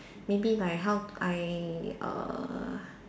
maybe like how I err